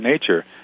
nature